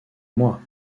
moi